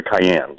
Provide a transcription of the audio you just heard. Cayenne